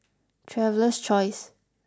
Traveler's Choice